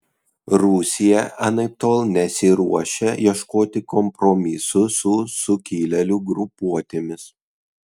rusija anaiptol nesiruošia ieškoti kompromisų su sukilėlių grupuotėmis